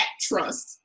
trust